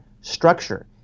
structure